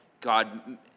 God